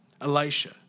Elisha